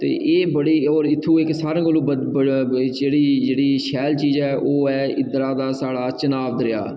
ते एह् बड़ी जित्थूं इक बड़ी सारें कोलूं जेह्ड़ी जेह्ड़ी शैल चीज ऐ ओह् ऐ इद्धरूं दा साढ़ा चन्हां दरेआ